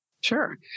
Sure